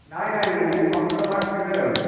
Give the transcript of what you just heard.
ନାଇଁ ନାଇଁ ନାଇଁ ମୁଁ କଣ୍ଟ୍ରୋଲ ବାହାରକୁ କେବେ ଯାଉନି